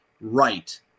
right